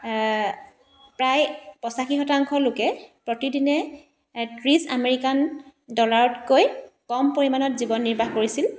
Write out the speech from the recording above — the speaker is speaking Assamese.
প্ৰায় পঁচাশী শতাংশ লোকে প্ৰতিদিনে ত্ৰিছ আমেৰিকান ডলাৰতকৈ কম পৰিমাণত জীৱন নিৰ্বাহ কৰিছিল